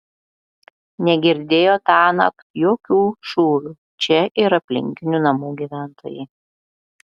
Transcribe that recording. negirdėjo tąnakt jokių šūvių čia ir aplinkinių namų gyventojai